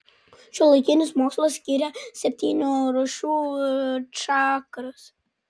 šiuolaikinis mokslas skiria septynių rūšių čakras